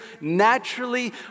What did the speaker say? naturally